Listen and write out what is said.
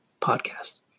podcast